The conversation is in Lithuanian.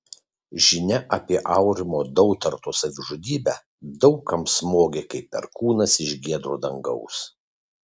žinia apie aurimo dautarto savižudybę daug kam smogė kaip perkūnas iš giedro dangaus